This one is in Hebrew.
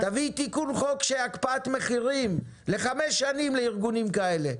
תביאי תיקון חוק של הקפאת מחירים לחמש שנים לארגונים כאלה,